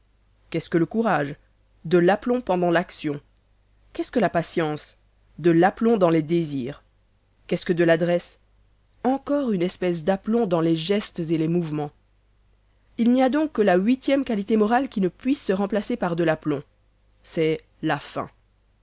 qu'est-ce que le courage de l'aplomb pendant l'action qu'est-ce que la patience de l'aplomb dans les désirs qu'est-ce que de l'adresse encore une espèce d'aplomb dans les gestes et les mouvemens il n'y a donc que la huitième qualité morale qui ne puisse se remplacer par de l'aplomb c'est la faim